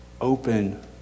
Open